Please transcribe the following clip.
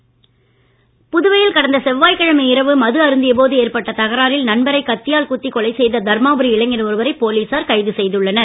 புதுவை கைது புதுவையில் கடந்த செவ்வாய்கிழமை இரவு மது அருந்தியபோது ஏற்பட்ட தகராறில் நண்பரை கத்தியால் குத்தி கொலை செய்த தர்மாபுரி இளைஞர் ஒருவரை போலீசார் கைது செய்துள்ளனர்